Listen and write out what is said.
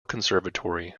conservatory